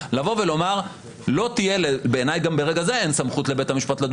לומר בעיניי גם ברגע זה אין סמכות לבית המשפט לדון